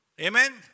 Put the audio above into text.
Amen